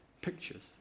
Pictures